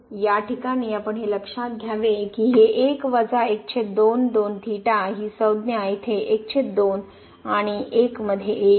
तर या ठिकाणी आपण हे लक्षात घ्यावे की ही ही संज्ञा येथे आणि 1 मधील येईल